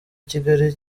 kigali